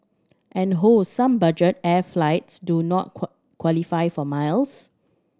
and oh some budget air flights do not qualify for miles